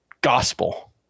gospel